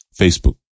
Facebook